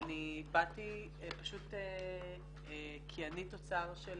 ואני באתי פשוט כי אני במידה רבה תוצר של